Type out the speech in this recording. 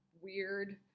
weird